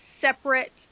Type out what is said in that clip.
separate